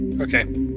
okay